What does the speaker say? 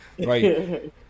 Right